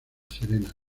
serena